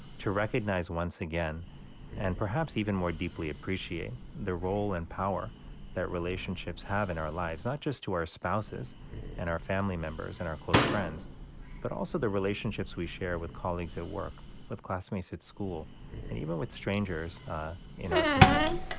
to recognize once again and perhaps even more deeply appreciate the role and power that relationships have in our lives, not just to our spouses and our family members and our close friends but also the relationships we share with colleagues at work, with classmates at school and even with strangers in our community.